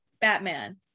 batman